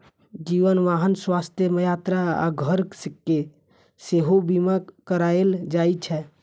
जीवन, वाहन, स्वास्थ्य, यात्रा आ घर के सेहो बीमा कराएल जाइ छै